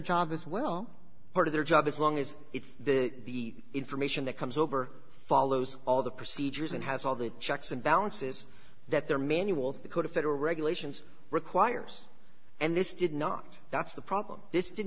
job as well part of their job as long as if the information that comes over follows all the procedures and has all the checks and balances that their manual for the code of federal regulations requires and this did not that's the problem this did